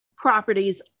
properties